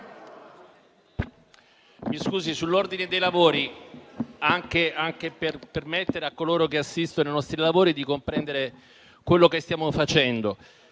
Presidente, intervengo anche per permettere a coloro che assistono ai nostri lavori di comprendere quello che stiamo facendo.